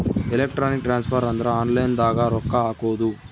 electronic transfer ಅಂದ್ರ online ದಾಗ ರೊಕ್ಕ ಹಾಕೋದು